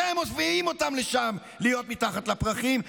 אתם מביאים אותם לשם להיות מתחת לפרחים,